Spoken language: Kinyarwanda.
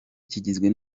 kigizwe